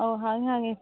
ꯑꯣ ꯍꯥꯡꯏ ꯍꯥꯡꯏ